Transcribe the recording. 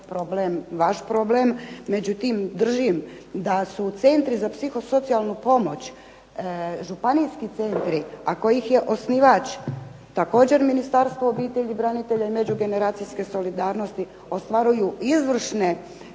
vaš problem, međutim držim da su centri za psihosocijalnu pomoć, županijski centri, a kojih je osnivač također Ministarstvo obitelji, branitelja i međugeneracijske solidarnosti, ostvaruju izvrsne